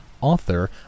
author